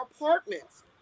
apartments